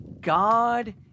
God